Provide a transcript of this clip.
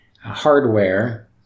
hardware